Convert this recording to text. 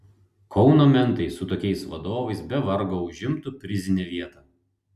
kauno mentai su tokiais vadovais be vargo užimtų prizinę vietą